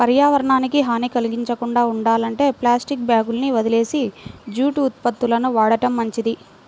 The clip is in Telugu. పర్యావరణానికి హాని కల్గించకుండా ఉండాలంటే ప్లాస్టిక్ బ్యాగులని వదిలేసి జూటు ఉత్పత్తులను వాడటం మంచిది